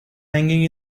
hanging